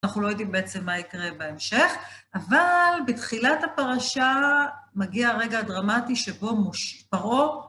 אנחנו לא יודעים בעצם מה יקרה בהמשך, אבל בתחילת הפרשה מגיע רגע דרמטי שבו פרעה.